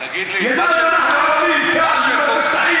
תגיד לי, כערבים, אנחנו פלסטינים,